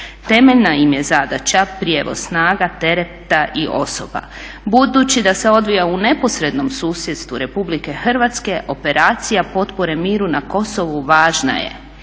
Temeljna im je zadaća prijevoz snaga, tereta i osoba. Budući da se odvija u neposrednom susjedstvu Republike Hrvatske operacija potpore miru na Kosovu važna je,